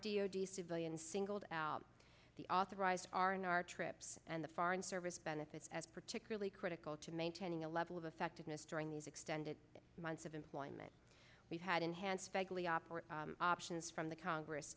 d civilian singled out the authorized are in our trips and the foreign service benefits as particularly critical to maintaining a level of effectiveness during these extended months of employment we've had enhanced begley operate options from the congress